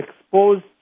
exposed